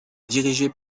dirigée